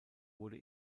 wurde